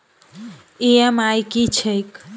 EMI की छैक?